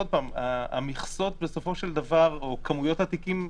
מספר התיקים,